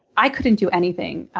i couldn't do anything.